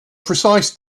precise